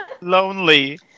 Lonely